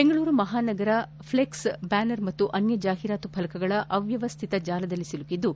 ಬೆಂಗಳೂರು ಮಹಾನಗರ flex banner ಮತ್ತು ಅನ್ನ ಜಾಹೀರಾತು ಫಲಕಗಳ ಅವ್ಬವ್ಯಾತ ಜಾಲದಲ್ಲಿ ಸಿಲುಕಿದ್ದು